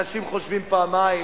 אנשים חושבים פעמיים